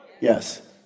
Yes